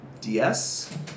DS